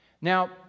Now